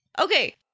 Okay